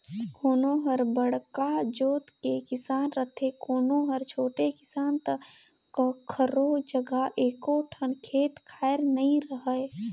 कोनो हर बड़का जोत के किसान रथे, कोनो हर छोटे किसान त कखरो जघा एको ठन खेत खार नइ रहय